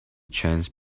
chance